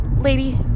lady